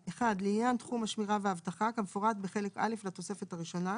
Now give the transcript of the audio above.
(1) לעניין תחום השמירה והאבטחה כמפורט בחלק א' לתוספת הראשונה;